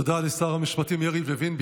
תודה לשר המשפטים יריב לוין.